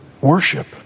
Worship